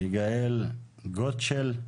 יגאל גוטשל,